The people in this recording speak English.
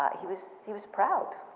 he was he was proud.